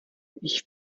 ich